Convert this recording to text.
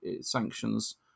sanctions